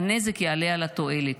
הנזק יעלה על התועלת,